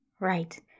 Right